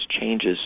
changes